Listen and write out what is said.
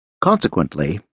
Consequently